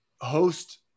host